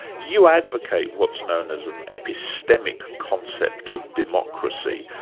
you advocate what's known as an epistemic concept of democracy.